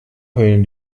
heulen